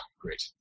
Great